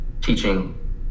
teaching